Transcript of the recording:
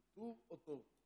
טוּר או טוֹר?